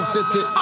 City